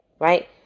right